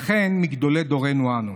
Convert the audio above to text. וכן מגדולי דורנו שלנו.